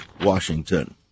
Washington